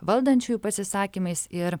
valdančiųjų pasisakymais ir